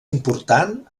important